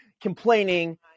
complaining